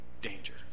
danger